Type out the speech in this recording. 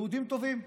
יהודים טובים,